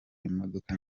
imodoka